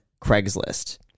Craigslist